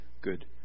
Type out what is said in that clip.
good